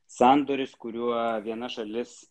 sandoris kuriuo viena šalis